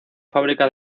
fábrica